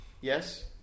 Yes